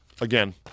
again